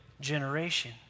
generation